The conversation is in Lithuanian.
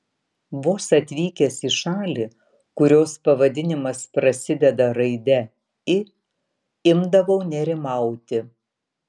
vos atvykęs į šalį kurios pavadinimas prasideda raide i imdavau nerimauti